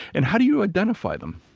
and how do you identify them?